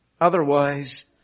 Otherwise